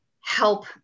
help